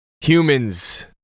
humans